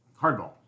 Hardball